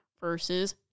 versus